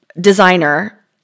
designer